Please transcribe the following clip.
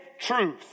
truth